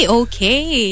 okay